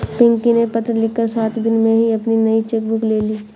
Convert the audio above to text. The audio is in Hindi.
पिंकी ने पत्र लिखकर सात दिन में ही अपनी नयी चेक बुक ले ली